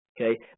okay